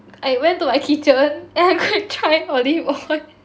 I went to my kitchen and then I go and try olive oil